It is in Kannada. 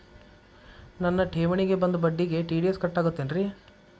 ನನ್ನ ಠೇವಣಿಗೆ ಬಂದ ಬಡ್ಡಿಗೆ ಟಿ.ಡಿ.ಎಸ್ ಕಟ್ಟಾಗುತ್ತೇನ್ರೇ?